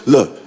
Look